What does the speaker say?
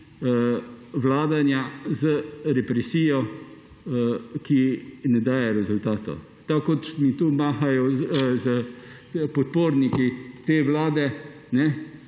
vladanja z represijo, ki ne daje rezultatov. Tako kot mi tu mahajo podporniki te vlade